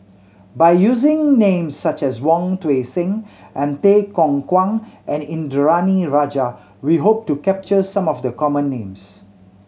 by using names such as Wong Tuang Seng and Tay Yong Kwang and Indranee Rajah we hope to capture some of the common names